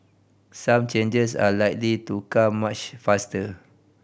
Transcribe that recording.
some changes are likely to come much faster